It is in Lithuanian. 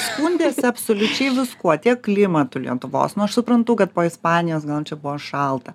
skundėsi absoliučiai viskuo tiek klimatu lietuvos nu aš suprantu kad po ispanijos gal čia buvo šalta